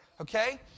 okay